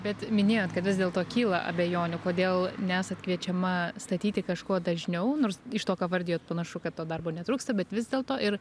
bet minėjot kad vis dėlto kyla abejonių kodėl nesat kviečiama statyti kažko dažniau nors iš to ką vardijot panašu kad to darbo netrūksta bet vis dėlto ir